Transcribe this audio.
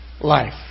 life